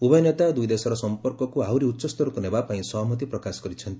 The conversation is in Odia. ଉଭୟ ନେତା ଦୁଇ ଦେଶର ସମ୍ପର୍କକୁ ଆହୁରି ଉଚ୍ଚ ସ୍ତରକୁ ନେବାପାଇଁ ସହମତି ପ୍ରକାଶ କରିଛନ୍ତି